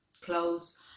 clothes